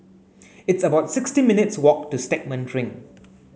it's about sixty minutes' walk to Stagmont Ring